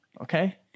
okay